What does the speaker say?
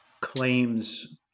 claims